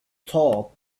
top